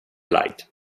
leid